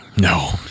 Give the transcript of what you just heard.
No